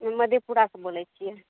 हमे मधेपुरासँ बोलै छियै